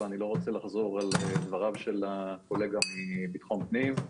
ואני לא רוצה לחזור על דבריו של הקולגה מביטחון פנים,